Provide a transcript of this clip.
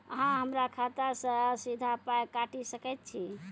अहॉ हमरा खाता सअ सीधा पाय काटि सकैत छी?